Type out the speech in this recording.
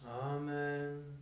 Amen